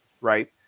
right